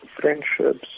friendships